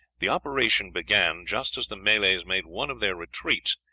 the operation began just as the malays made one of their retreats,